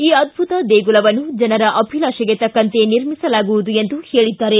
ಈ ಅದ್ದುತ ದೇಗುಲವನ್ನು ಜನರ ಅಭಿಲಾಷೆಗೆ ತಕ್ಕಂತೆ ನಿರ್ಮಿಸಲಾಗುವುದು ಎಂದು ಹೇಳಿದ್ದಾರೆ